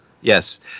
Yes